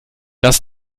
das